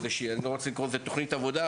אני אפילו לא רוצה לקרוא לזה "תוכנית עבודה",